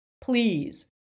please